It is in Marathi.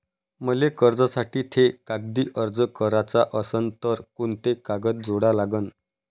मले कर्जासाठी थे कागदी अर्ज कराचा असन तर कुंते कागद जोडा लागन?